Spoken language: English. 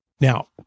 Now